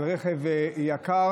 על רכב יקר,